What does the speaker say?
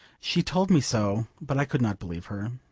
she told me so, but i could not believe her.